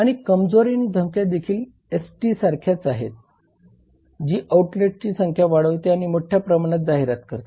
आणि कमजोरी आणि धमक्या देखील एसटी सारख्याच आहेत जी आउटलेटची संख्या वाढवते आणि मोठ्या प्रमाणात जाहिरात करते